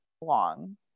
long